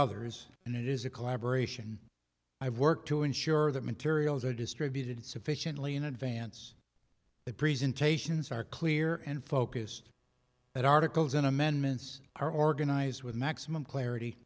others and it is a collaboration i work to ensure that materials are distributed sufficiently in advance the presentations are clear and focused that articles on amendments are organized with maximum clarity